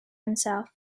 himself